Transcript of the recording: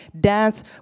dance